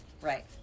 right